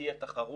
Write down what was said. שתהיה תחרות,